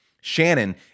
Shannon